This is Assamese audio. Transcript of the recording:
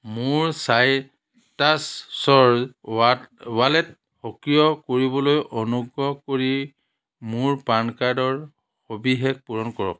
মোৰ চাইটাছৰ ৱাট ৱালেট সক্ৰিয় কৰিবলৈ অনুগ্ৰহ কৰি মোৰ পানকাৰ্ডৰ সৱিশেষ পূৰণ কৰক